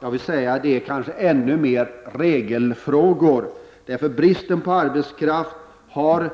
Det handlar kanske ännu mer om regelfrågor. Bristen på arbetskraft har ju